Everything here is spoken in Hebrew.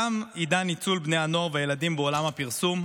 תם עידן ניצול בני הנוער והילדים בעולם הפרסום.